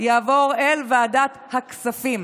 יעבור אל ועדת הכספים.